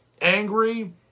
angry